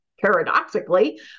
paradoxically